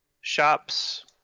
shops